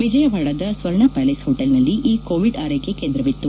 ವಿಜಯವಾಡದ ಸ್ವರ್ಣಪ್ಯಾಲೇಸ್ ಹೊಟೇಲ್ನಲ್ಲಿ ಈ ಕೋವಿಡ್ ಆರ್ಚಕೆ ಕೇಂದ್ರವಿತ್ತು